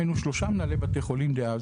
הינו שלושה מנהלי בתי חולים דיאז,